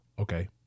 Okay